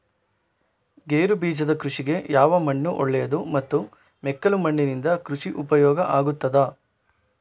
ಗೇರುಬೀಜದ ಕೃಷಿಗೆ ಯಾವ ಮಣ್ಣು ಒಳ್ಳೆಯದು ಮತ್ತು ಮೆಕ್ಕಲು ಮಣ್ಣಿನಿಂದ ಕೃಷಿಗೆ ಉಪಯೋಗ ಆಗುತ್ತದಾ?